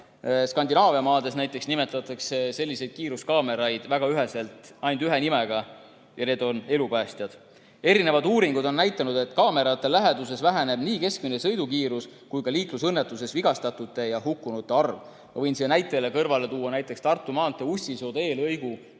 Skandinaavia maades näiteks nimetatakse selliseid kiiruskaameraid väga üheselt ainult ühe nimega – need on elupäästjad. Erinevad uuringud on näidanud, et kaamerate läheduses väheneb nii keskmine sõidukiirus kui ka liiklusõnnetustes vigastatute ja hukkunute arv. Ma võin siia näitena tuua näiteks Tartu maantee Ussisoo teelõigu,